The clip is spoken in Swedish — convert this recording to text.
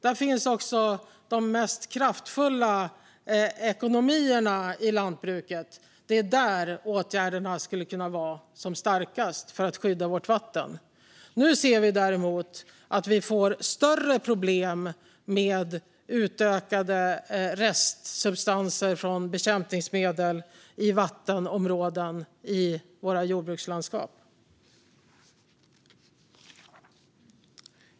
Där finns också de mest kraftfulla ekonomierna i lantbruket. Det är där åtgärderna skulle kunna vara som starkast när det gäller att skydda vårt vatten. Nu ser vi däremot att vi får större problem med ökade restsubstanser från bekämpningsmedel i vattenområden i våra jordbrukslandskap.